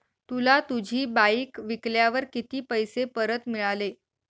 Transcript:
तुला तुझी बाईक विकल्यावर किती पैसे परत मिळाले?